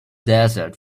desert